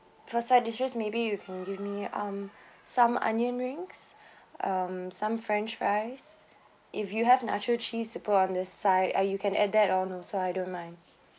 for side dishes maybe you can give me um some onion rings um some french fries if you have nacho cheese to put on the side ah you can add that on also I don't mind